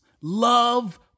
Love